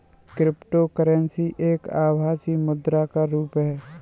cryptocurrency एक आभासी मुद्रा का रुप है